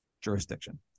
jurisdiction